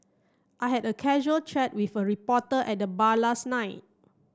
I had a casual chat with a reporter at the bar last night